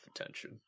attention